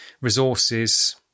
resources